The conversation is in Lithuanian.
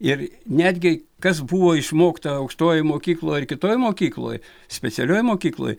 ir netgi kas buvo išmokta aukštojoj mokykloj ir kitoj mokykloj specialioj mokykloj